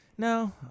No